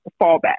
fallback